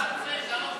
גם שומעת.